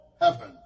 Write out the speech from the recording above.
heaven